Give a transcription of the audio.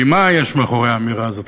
כי מה יש מאחורי האמירה הזאת?